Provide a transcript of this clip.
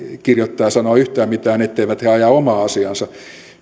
kirjoittaa ja sanoa yhtään mitään etteivät he aja omaa asiaansa